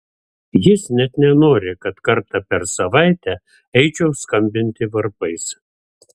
jis net nenori kad kartą per savaitę eičiau skambinti varpais